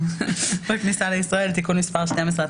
בדיקה בכניסה לישראל) (תיקון מס' 12),